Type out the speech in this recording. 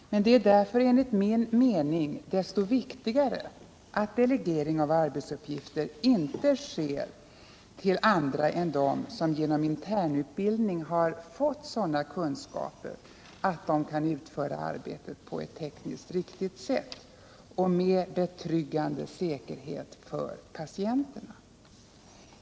Det är därför enligt min mening desto viktigare att delegering av arbetsuppgifter inte sker till andra än dem som genom intern utbildning har fått sådana kunskaper att de kan utföra arbetet på ett tekniskt riktigt sätt och med betryggande säkerhet för patienterna.